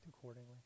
accordingly